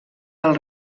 del